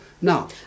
now